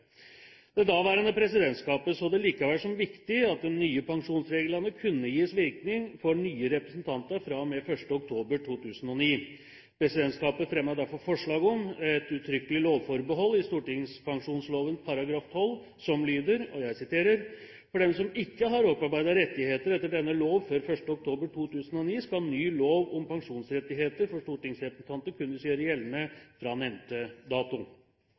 Det daværende presidentskapet så det likevel som viktig at de nye pensjonsreglene kunne gis virkning for nye representanter fra og med 1. oktober 2009. Presidentskapet fremmet derfor forslag om et uttrykkelig lovforbehold i stortingspensjonsloven § 12, som lyder: «For dem som ikke har opparbeidet rettigheter etter denne lov før 1. oktober 2009, skal ny lov om pensjonsrettigheter for stortingsrepresentanter kunne gjøres gjeldende fra nevnte dato.»